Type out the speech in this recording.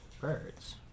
Birds